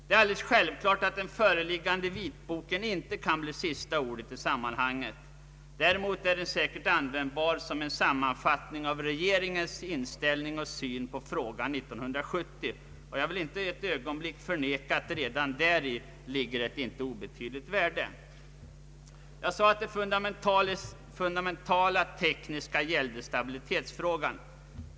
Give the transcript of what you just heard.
Det är alldeles självklart att den föreliggande vitboken inte kan bli sista ordet i sammanhanget — däremot är den säkert användbar som en sammanfattning av regeringens inställning och syn på frågan 1970. Jag vill inte ett ögonblick förneka att redan däri ligger ett icke obetydligt värde. Jag sade att det fundamentalt tekniska gällde stabilitetsfrågan.